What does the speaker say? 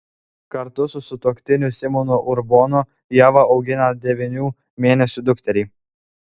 kartu su sutuoktiniu simonu urbonu ieva augina devynių mėnesių dukterį